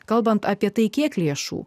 kalbant apie tai kiek lėšų